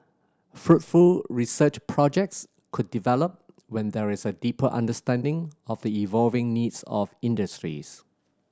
fruitful research projects could develop when there is a deeper understanding of the evolving needs of industries